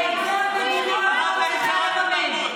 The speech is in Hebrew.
את זה המדינה הזאת צריכה לממן.